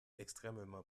extrêmement